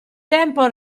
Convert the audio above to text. tempo